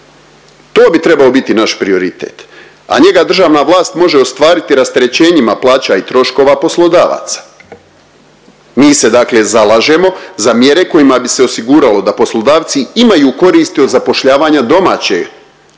To bi trebao biti naš prioritet, a njega državna vlast može ostvariti rasterećenjima plaća i troškova poslodavaca. Mi se dakle zalažemo za mjere kojima bi se osiguralo da poslodavci imaju koristi od zapošljavanja domaće